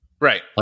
Right